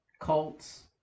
cults